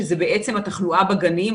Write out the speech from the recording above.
שזה התחלואה בגנים.